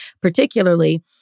particularly-